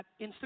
Instagram